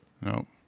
No